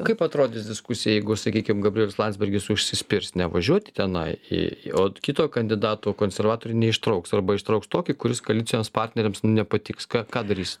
kaip atrodys diskusija jeigu sakykim gabrielius landsbergis užsispirs nevažiuoti tenai į o kito kandidato konservatoriai neištrauks arba ištrauks tokį kuris koalicijos partneriams nepatiks ką ką darys